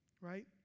right